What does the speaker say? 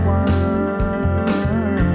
one